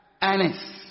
Anis